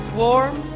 warm